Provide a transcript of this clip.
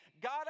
God